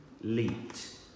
leaped